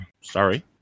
Sorry